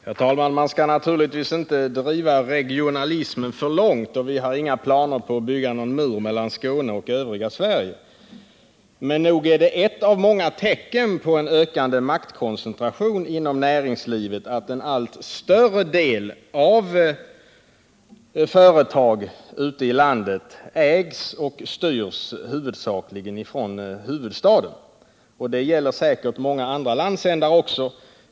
Herr talman! Man skall naturligtvis inte driva regionalismen för långt, och vi har inga planer på att bygga någon mur mellan Skåne och övriga Sverige. Men nog är det ett av många tecken på en ökande maktkoncentration inom näringslivet att den allt större delen av företag ute i landet ägs och styrs huvudsakligen från huvudstaden. Det gäller säkert för många andra landsändar också.